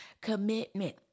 commitment